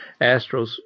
Astros